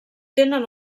tenen